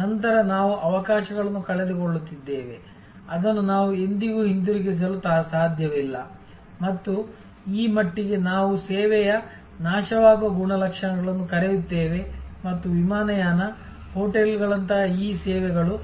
ನಂತರ ನಾವು ಅವಕಾಶಗಳನ್ನು ಕಳೆದುಕೊಳ್ಳುತ್ತಿದ್ದೇವೆ ಅದನ್ನು ನಾವು ಎಂದಿಗೂ ಹಿಂತಿರುಗಿಸಲು ಸಾಧ್ಯವಿಲ್ಲ ಮತ್ತು ಈ ಮಟ್ಟಿಗೆ ನಾವು ಸೇವೆಯ ನಾಶವಾಗುವ ಗುಣಲಕ್ಷಣಗಳನ್ನು ಕರೆಯುತ್ತೇವೆ ಮತ್ತು ವಿಮಾನಯಾನ ಹೋಟೆಲ್ಗಳಂತಹ ಈ ಸೇವೆಗಳು